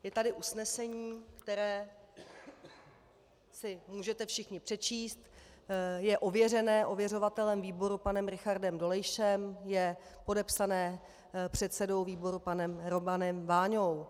Je tady usnesení , které si můžete všichni přečíst, je ověřeno ověřovatelem výboru panem Richardem Dolejšem, je podepsáno předsedou výboru panem Romanem Váňou.